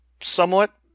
somewhat